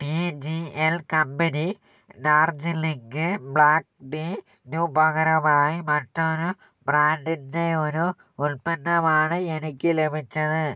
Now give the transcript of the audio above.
T G L company Darjeeling black tea നു പകരമായി മറ്റൊരു ബ്രാൻഡിന്റെ ഒരു ഉൽപ്പന്നമാണ് എനിക്ക് ലഭിച്ചത്